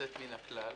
יוצאת מן הכלל.